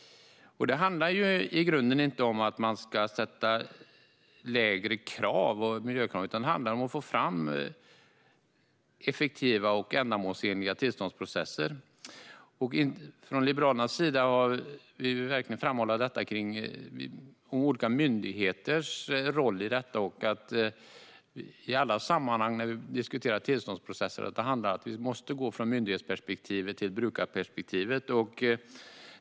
Det handlar i grunden inte om att man ska ställa lägre miljökrav, utan det handlar om att få fram effektiva och ändamålsenliga tillståndsprocesser. Vi vill från Liberalerna verkligen framhålla olika myndigheters roll i detta. I alla sammanhang när vi diskuterar tillståndsprocesser handlar det om att vi måste gå från myndighetsperspektivet till brukarperspektivet.